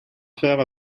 faire